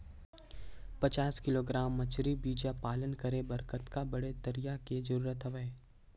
पचास किलोग्राम मछरी बीजा पालन करे बर कतका बड़े तरिया के जरूरत हवय?